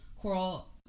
Coral